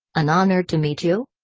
an honor to meet you?